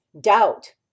doubt